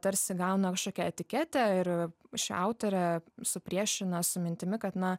tarsi gauna kašokią etiketę ir ši autorė supriešina su mintimi kad na